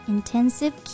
Intensive